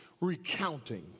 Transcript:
recounting